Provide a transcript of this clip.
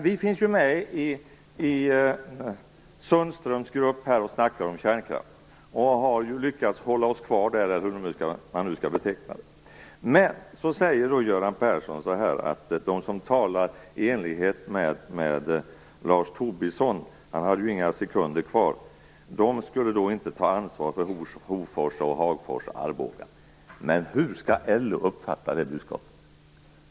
Vi finns med i Sundströms grupp och pratar om kärnkraften. Vi har lyckats hålla oss kvar där, eller hur man skall beteckna det. Då säger Göran Persson att de som talar i enlighet med Lars Tobisson - han hade inga sekunder kvar - inte tar ansvar för Hofors, Hagfors och Arboga. Men hur skall LO uppfatta det budskapet?